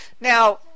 Now